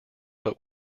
but